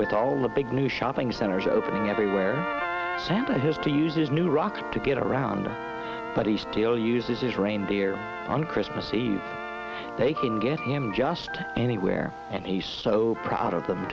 with all the big new shopping centers opening everywhere that it has to use his new rocks to get around but he still uses his reindeer on christmas eve they can get him just anywhere and he's so proud of them